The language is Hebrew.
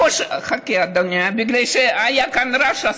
חכה, אדוני, מפני שהיה כאן רעש.